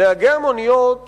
נהגי המוניות